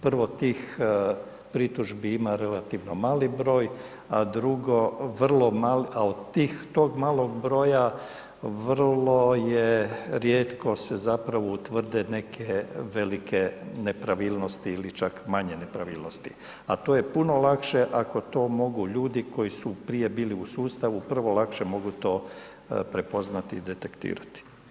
Prvo, tih pritužbi ima relativno mali broj, a drugo, vrlo mali, a od tih tog malog broja vrlo je rijetko se zapravo utvrde neke velike nepravilnosti ili čak manje nepravilnosti, a to je puno lakše ako to mogu ljudi koji su prije bili u sustavu, prvo lakše to mogu prepoznati i detektirati.